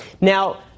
Now